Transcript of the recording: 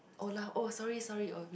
oh lah oh sorry sorry what was that